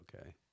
okay